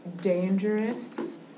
dangerous